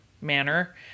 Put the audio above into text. manner